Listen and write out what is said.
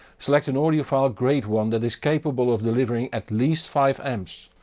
select an audiophile grade one that is capable of delivering at least five amps,